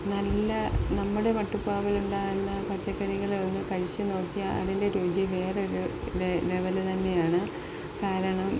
നല്ല നമ്മുടെ മട്ടുപ്പാവിലുണ്ടാകുന്ന പച്ചക്കറികളൊന്ന് കഴിച്ചുനോക്കിയാല് അതിൻ്റെ രുചി വേറെയൊരു ലെവല് തന്നെയാണ് കാരണം